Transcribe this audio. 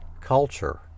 culture